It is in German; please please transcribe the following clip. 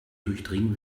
durchdringen